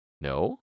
No